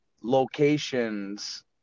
locations